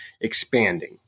expanding